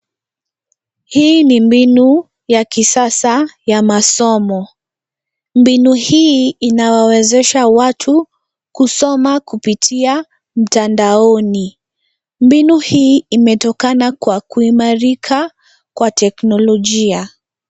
Hii ni mbinu ya kisasa ya masomo. Mbinu hii inawawezesha watu kusoma kupitia mtandaoni. Mbinu hii imetokana kwa kuimarika kwa teknolojia.